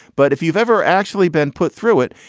but if you've ever actually been put through it,